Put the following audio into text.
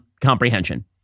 comprehension